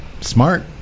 Smart